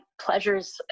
pleasures